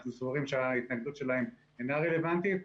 אנחנו סבורים שההתנגדות שלהם אינה רלוונטית,